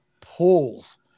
pulls